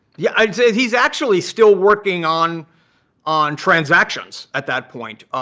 yeah i mean so yeah, he's actually still working on on transactions at that point,